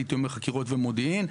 הייתי אומר חקירות ומודיעין,